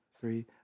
three